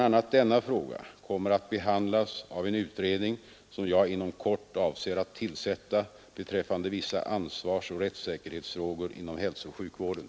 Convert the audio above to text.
a. denna fråga kommer att behandlas av en utredning som jag inom kort avser att tillsätta beträffande vissa ansvarsoch rättssäkerhetsfrågor inom hälsooch sjukvården.